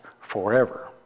forever